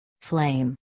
flame